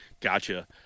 Gotcha